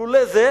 לולא זה,